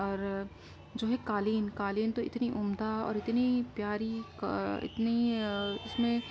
اور جو ہے قالین قالین تو اتنی عمدہ اور اتنی پیاری کا اتنی اس میں